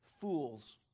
Fools